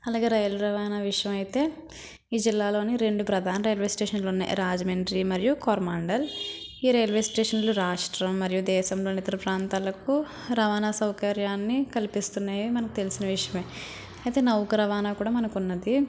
అలాగే రైలు రవాణా విషయమైతే ఈ జిల్లాలోని రెండు ప్రధాన రైల్వే స్టేషన్లున్నాయ్ రాజమండ్రి మరియు కోరమాండల్ ఈ రైల్వే స్టేషన్లు రాష్ట్రం మరియు దేశంలోని ఇతర ప్రాంతాలకు రవాణా సౌకర్యాన్ని కల్పిస్తున్నాయి మనకు తెల్సిన విషయమే అయితే నౌక రవాణా కూడా మనకున్నది